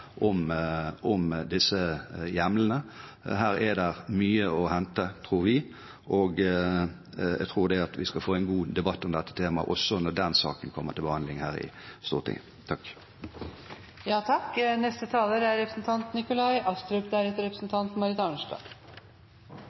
om disse hjemlene. Her er det mye å hente, tror vi, og jeg tror vi skal få en god debatt om dette temaet også når den saken kommer til behandling her i Stortinget. Jeg vil først takke interpellanten for å reise et viktig tema. Det er